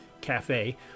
cafe